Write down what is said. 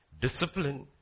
Discipline